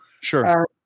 sure